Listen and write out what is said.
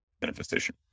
manifestation